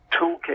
toolkit